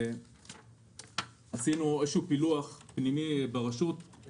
עשינו פילוח פנימי ברשות.